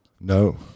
No